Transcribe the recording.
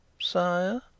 sire